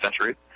century